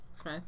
Okay